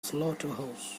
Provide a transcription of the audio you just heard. slaughterhouse